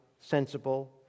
sensible